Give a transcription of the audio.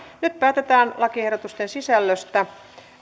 nyt päätetään lakiehdotusten sisällöstä